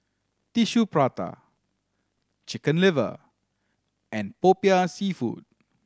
Tissue Prata Chicken Liver and Popiah Seafood